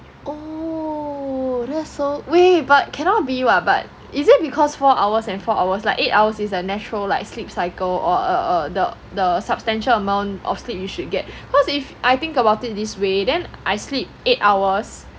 oh that's so wait but cannot be [what] but is it because four hours and four hours like eight hours is a natural like sleep cycle or err the the substantial amount of sleep you should get cause if I think about it this way then I sleep eight hours